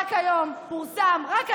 רק היום פורסם, רק היום,